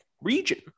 region